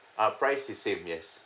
ah price is same yes